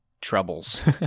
troubles